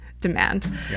Demand